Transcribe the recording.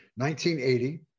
1980